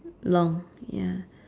long ya